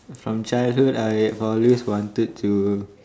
from childhood I always wanted to